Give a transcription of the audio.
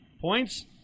points